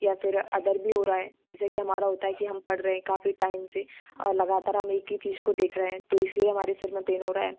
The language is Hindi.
या फिर अदर भी हो रहा है जैसे कि हमारा होता है कि हम पढ़ रहे हैं काफ़ी टाइम से और लगातार हम एक ही चीज़ को देख रहे हैं तो इस लिए हमारे सिर में पेन हो रहा है